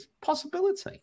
Possibility